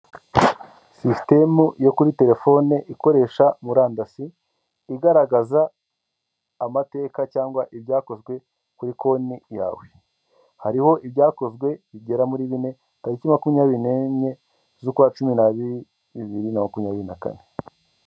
Sisitemu yo kuri telefone ikoresha murandasi igaragaza amateka cyangwa ibyakozwe kuri konti yawe, hariho ibyakozwe bigera muri bine tariki makumyabiri n'enye z'ukwa cumi n'abiri bibiri na makumyabiri na kane.